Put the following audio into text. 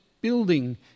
building